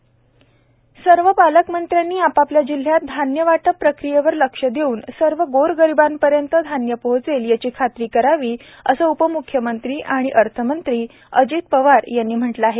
अजित पवार माहिती कार्यालय सर्व पालकमंत्र्यांनी आपापल्या जिल्ह्यात धान्य वाटप प्रकियेवर लक्ष देऊन सर्व गोरगरीबांपर्यंत धान्य पोहोचेल याची खात्री करावी असं उपम्ख्यमंत्री तथा अर्थमंत्री अजित पवार यांनी म्हटलं आहे